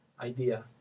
idea